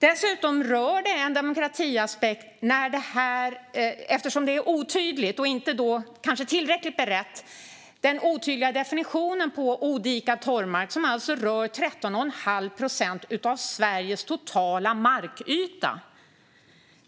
Dessutom rör det en demokratiaspekt, eftersom det är otydligt och kanske inte tillräckligt berett. Det gäller den otydliga definitionen av odikad torvmark, som alltså rör 13,5 procent av Sveriges totala markyta.